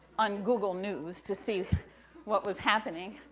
on google news to see what was happening,